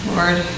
Lord